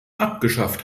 abgeschafft